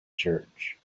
church